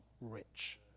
rich